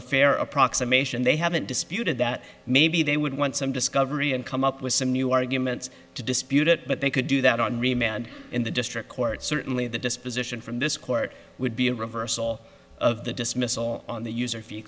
a fair approximation they haven't disputed that maybe they would want some discovery and come up with some new arguments to dispute it but they could do that on remand in the district court certainly the disposition from this court would be a reversal of the dismissal on the user fe